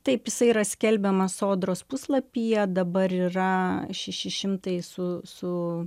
taip jisai yra skelbiamas sodros puslapyje dabar yra šeši šimtai su su